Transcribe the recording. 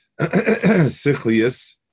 sichlius